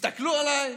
תסתכלו עליי.